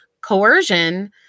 coercion